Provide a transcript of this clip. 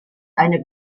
eine